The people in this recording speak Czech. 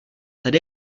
tady